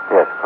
Yes